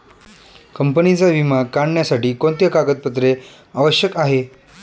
कंपनीचा विमा काढण्यासाठी कोणते कागदपत्रे आवश्यक आहे?